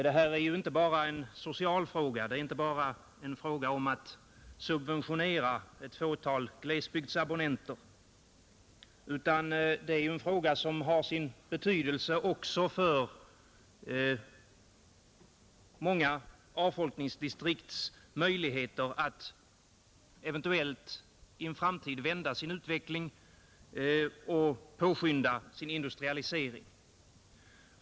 Detta är inte bara en social fråga, inte bara en fråga om att subventionera ett fåtal glesbygdsabonnenter, utan en fråga som har sin betydelse också för många avfolkningsdistrikts möjligheter att i en framtid eventuellt vända sin utveckling och påskynda sin industrialisering.